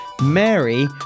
Mary